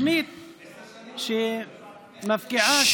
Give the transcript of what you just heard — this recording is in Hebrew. התוכנית שמפקיעה,